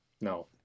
No